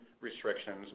restrictions